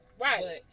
Right